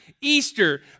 Easter